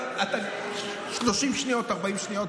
אבל אתה, 30 שניות, 40 שניות,